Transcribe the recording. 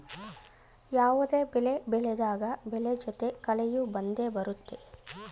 ಯಾವುದೇ ಬೆಳೆ ಬೆಳೆದಾಗ ಬೆಳೆ ಜೊತೆ ಕಳೆಯೂ ಬಂದೆ ಬರುತ್ತೆ